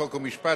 חוק ומשפט,